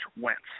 Wentz